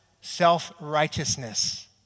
self-righteousness